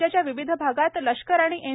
राज्याच्या विविध भागात लष्कर आणि एन